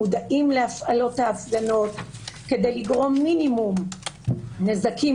מודעים להפעלת ההפגנות כדי לגרום מינימום נזקים